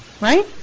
Right